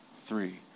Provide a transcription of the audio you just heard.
three